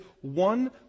one